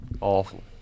Awful